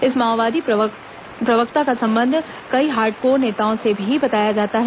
इस माओवादी प्रवक्ता का संबंध कई हार्डकोर नेताओं से भी बताया जाता है